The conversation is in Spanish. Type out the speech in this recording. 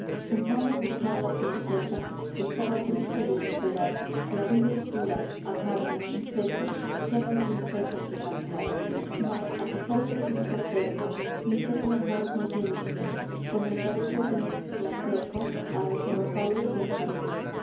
en vano busqué a la princesa que estaba triste de esperar la vida es dura amarga y pesa ya no hay princesa que cantar mas a pesar del tiempo terco mi sed de amor no tiene fin con el cabello gris me acerco a los rosales del jardín